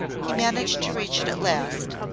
he managed to reach it at last,